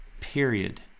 period